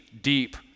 deep